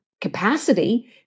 capacity